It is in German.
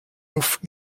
luft